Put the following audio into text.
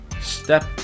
step